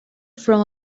from